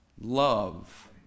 love